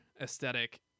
aesthetic